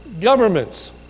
governments